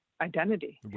identity